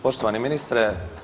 Poštovani ministre.